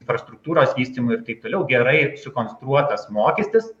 infrastruktūros vystymui ir taip toliau gerai sukonstruotas mokestis